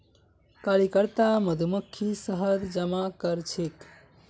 कार्यकर्ता मधुमक्खी शहद जमा करछेक